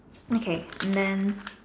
okay and then